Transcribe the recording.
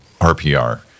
RPR